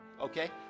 Okay